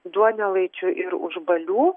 duonelaičių ir užbalių